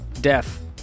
Death